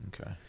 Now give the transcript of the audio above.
Okay